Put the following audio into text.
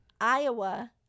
iowa